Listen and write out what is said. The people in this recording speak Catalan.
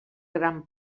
gran